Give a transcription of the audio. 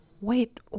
Wait